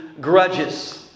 grudges